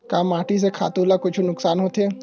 का माटी से खातु ला कुछु नुकसान होथे?